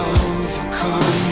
overcome